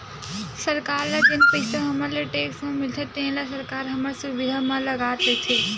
सरकार ल जेन पइसा हमर ले टेक्स म मिलथे तेन ल सरकार ह हमरे सुबिधा बर लगावत रइथे